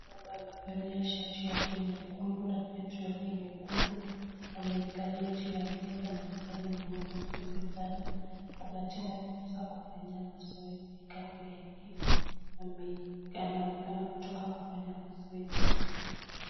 Mama amevalia shati yake nyekundu na viatu yake nyekundu. Amekalia juu ya meza, anaonekana ni mfupi sana. Kuna tena vitu vya kufanyia mazoezi kando yake. Anaonekana kutoka kufanya mazoezi.